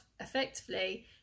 effectively